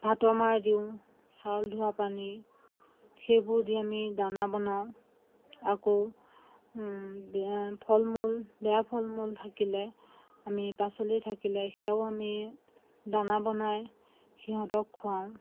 ভাতৰ মাৰ দিওঁ চাউল ধোৱা পানী সেইবোৰ দি আমি দানা বনাওঁ আকৌ ফল মূল বেয়া ফল মূল থাকিলে আমি পাচলি থাকিলে সেয়াও আমি দানা বনাই সিহঁতক খোৱাওঁ